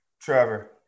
Trevor